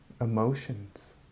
Emotions